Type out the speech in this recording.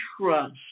trust